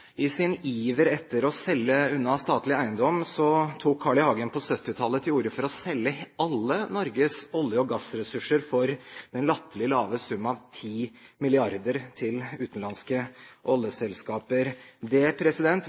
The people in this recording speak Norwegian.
I sin iver etter å selge unna statlig eiendom tok Carl I. Hagen på 1970-tallet til orde for å selge alle Norges olje- og gassressurser for den latterlig lave sum av 10 mrd. kr til utenlandske selskaper. Det